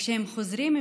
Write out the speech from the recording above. כשהם חוזרים,